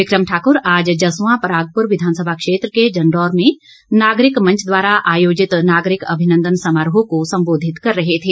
बिक्रम ठाकुर आज जसवां परागपुर विधानसभा क्षेत्र के जंडौर में नागरिक मंच द्वारा आयोजित नागरिक अभिनंदन समारोह को सम्बोधित कर रहे थे